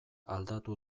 aldatu